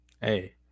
Hey